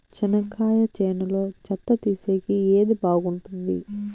చెనక్కాయ చేనులో చెత్త తీసేకి ఏది బాగుంటుంది?